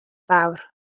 fawr